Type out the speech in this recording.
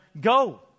go